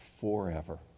forever